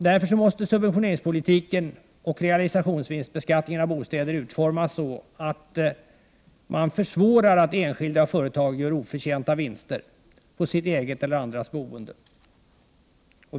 Därför måste subventioneringspolitiken och realisationsvinstbeskattningen på bostäder utformas så att man försvårar för enskilda och företag att göra oförtjänta vinster på sitt eget eller andras boende.